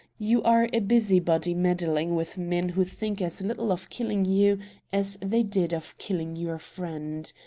you are a busybody meddling with men who think as little of killing you as they did of killing your friend.